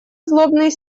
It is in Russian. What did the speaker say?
злобный